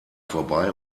vorbei